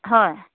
হয়